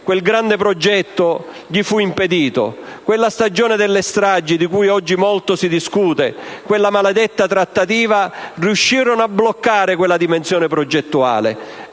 Quel grande progetto gli fu impedito; la stagione delle stragi di cui oggi molto si discute e quella maledetta trattativa riuscirono a bloccare quella dimensione progettuale.